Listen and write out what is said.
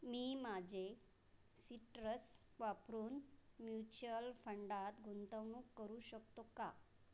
मी माझे सिट्रस वापरून म्युचल फंडात गुंतवणूक करू शकतो का